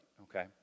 okay